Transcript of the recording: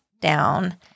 down